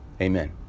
Amen